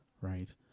Right